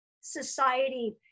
society